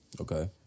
Okay